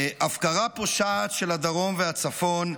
הפקרה פושעת של הדרום והצפון,